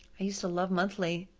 i used to love monthly.